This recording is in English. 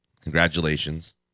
congratulations